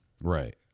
Right